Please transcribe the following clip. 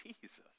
Jesus